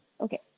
Okay